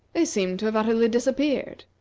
they seemed to have utterly disappeared.